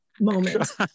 moment